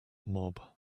mob